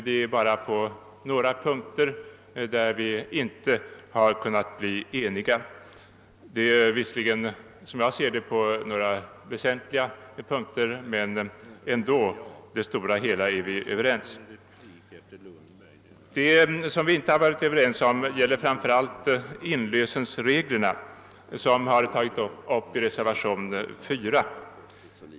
Det är bara på några punkter som vi inte har kunnat ena oss. Som jag ser det är det visserligen väsentliga punkter, men vi är ändå överens i det stora hela. Meningsskillnaderna gäller framför allt inlösenreglerna, vilken fråga har tagits upp i reservationen IV.